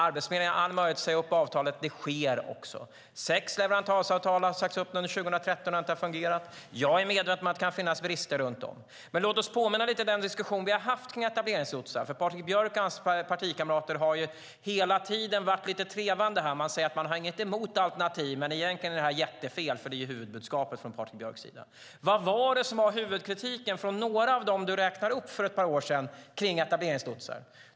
Arbetsförmedlingen har alla möjligheter att säga upp avtalet, och det sker också. Sex leverantörsavtal som inte har fungerat har sagts upp under 2013. Jag är medveten om att det kan finnas brister. Låt oss påminna oss den diskussion vi har haft kring etableringslotsar. Patrik Björck och hans partikamrater har hela tiden varit lite trevande och sagt att de inte har något emot alternativet men att det egentligen är jättefel. Det är huvudbudskapet från Patrik Björck. Vad var huvudkritiken mot etableringslotsar för ett par år sedan från några av dem du räknade upp?